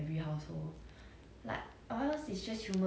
ya lor that's why sometimes 很